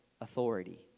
authority